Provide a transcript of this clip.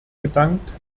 gedankt